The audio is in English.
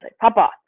Papa